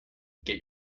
get